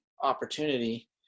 opportunity